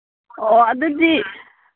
ꯑꯣꯑꯣ ꯑꯗꯨꯗꯤ